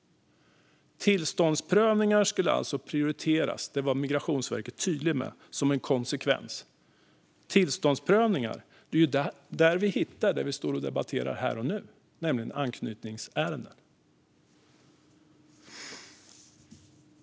Tillståndsprövningar skulle alltså prioriteras ned som en konsekvens av detta; det var man tydlig med från Migrationsverket. Tillståndsprövningar - det är ju där vi hittar det vi står och debatterar här och nu, nämligen anknytningsärenden.